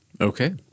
Okay